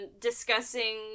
discussing